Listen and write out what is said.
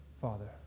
Father